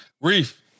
Reef